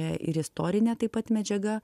ir istorinė taip pat medžiaga